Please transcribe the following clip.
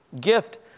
gift